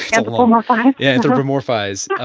anthropomorphize yeah anthropomorphize,